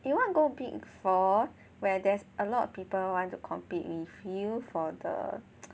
you want to go big four where there's a lot of people want to compete with you for the